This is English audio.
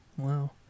Wow